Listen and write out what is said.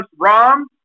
Rom